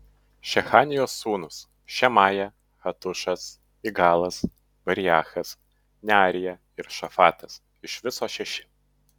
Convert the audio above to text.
šechanijos sūnūs šemaja hatušas igalas bariachas nearija ir šafatas iš viso šeši